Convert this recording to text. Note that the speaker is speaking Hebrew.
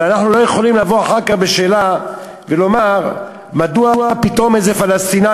אבל אנחנו לא יכולים לבוא אחר כך בשאלה ולומר: מדוע פתאום איזה פלסטיני,